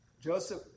Joseph